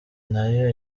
nayo